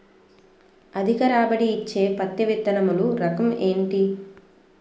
అధిక రాబడి ఇచ్చే పత్తి విత్తనములు రకం ఏంటి?